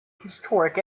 historic